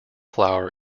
flower